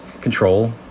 control